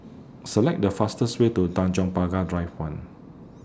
Select The fastest Way to Tanjong Pagar Drive one